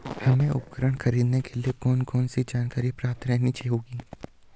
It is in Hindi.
हमें उपकरण खरीदने के लिए कौन कौन सी जानकारियां प्राप्त करनी होगी?